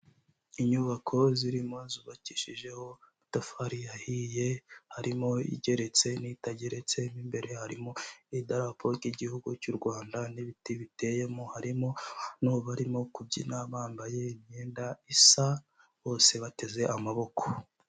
Inyubako zirimo zubakishijeho amatafari yahiye, harimo igeretse n'itageretse, mo imbere harimo idarapo ry'igihugu cy'u Rwanda, n'ibiti biteyemo, harimo n'abarimo kubyina bambaye imyenda isa, bose bateze amaboko.